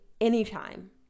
anytime